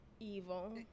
evil